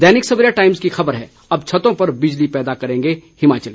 Dainik Savera Times की ख़बर है अब छतों पर बिजली पैदा करेंगे हिमाचली